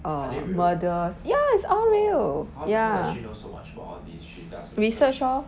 uh murders ya it's all real ya research lor